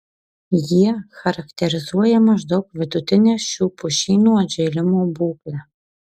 jie charakterizuoja maždaug vidutinę šių pušynų atžėlimo būklę